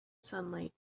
sunlight